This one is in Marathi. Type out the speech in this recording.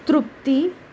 तृप्ती